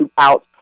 throughout